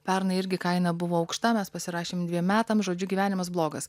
pernai irgi kaina buvo aukšta mes pasirašėm dviem metam žodžiu gyvenimas blogas